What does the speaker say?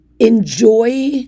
enjoy